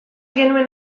genuen